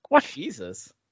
Jesus